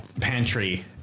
pantry